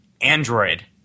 Android